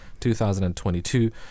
2022